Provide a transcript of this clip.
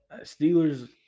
Steelers –